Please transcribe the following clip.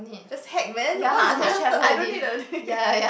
just heck man what's master I don't need the thing